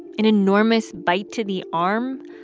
an enormous bite to the arm?